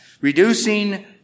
reducing